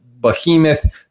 behemoth